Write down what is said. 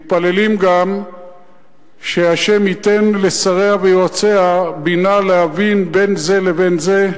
מתפללים גם שהשם ייתן לשריה ויועציה בינה להבחין בין זה לבין זה,